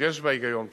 יש בה היגיון בסיסי.